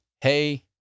Hey